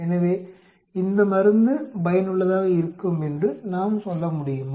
எனவே இந்த மருந்து பயனுள்ளதாக இருக்கும் என்று நாம் சொல்ல முடியுமா